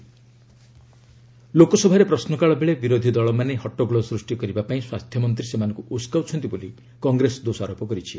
Congress parliament ଲୋକସଭାରେ ପ୍ରଶ୍ନକାଳ ବେଳେ ବିରୋଧୀ ଦଳମାନେ ହଟ୍ଟଗୋଳ ସୃଷ୍ଟି କରିବା ପାଇଁ ସ୍ୱାସ୍ଥ୍ୟ ମନ୍ତ୍ରୀ ସେମାନଙ୍କୁ ଉସକାଉଛନ୍ତି ବୋଲି କଂଗ୍ରେସ ଦୋଷାରୋପ କରିଛି